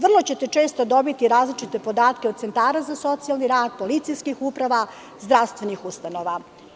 Vrlo ćete često dobiti različite podatke od centara za socijalni rad, policijskih uprava, zdravstvenih ustanova.